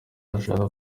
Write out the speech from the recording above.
ashaka